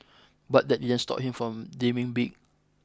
but that didn't stop him from dreaming big